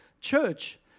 church